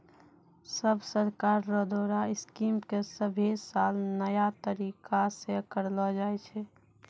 सब सरकार रो द्वारा स्कीम के सभे साल नया तरीकासे करलो जाए छै